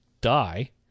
die